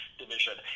division